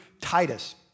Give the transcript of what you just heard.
Titus